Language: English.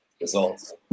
results